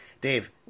Dave